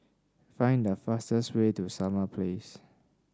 find the fastest way to Summer Place